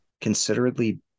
considerably